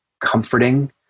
comforting